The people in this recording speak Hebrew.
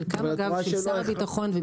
חלקם של שר הביטחון ומשרד הביטחון.